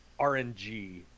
RNG